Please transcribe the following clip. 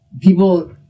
People